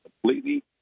completely